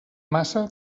massa